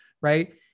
right